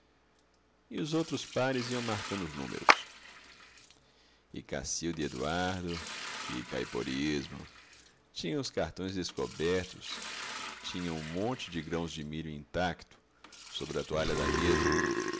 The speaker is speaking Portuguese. e os outros pares iam marcando os números e cacilda e eduardo que caiporismo tinham os cartões descobertos tinham o monte de grãos de milho intacto sobre a toalha da mesa